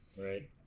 right